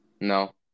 no